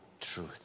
truth